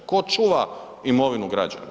Tko čuva imovinu građana?